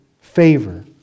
favor